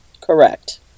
Correct